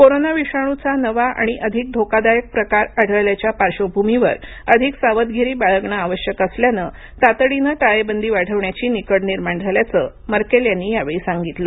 corona विषाणूचा नवा आणि अधिक धोकादायक प्रकार आढळल्याच्या पार्श्र्वभूमीवर अधिक सावधगिरी बाळगणं आवश्यक असल्यानं तातडीनं टाळेबंदी वाढविण्याची निकड निर्माण झाल्याचं मर्केल यांनी यावेळी सांगितलं